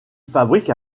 fabrique